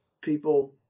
people